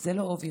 זה לא obvious.